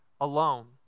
alone